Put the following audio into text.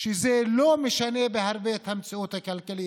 שזה לא משנה בהרבה את המציאות הכלכלית.